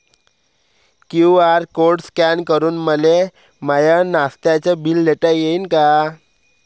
QR code scan करून मले माय नास्त्याच बिल देता येईन का?